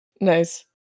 Nice